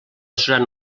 seran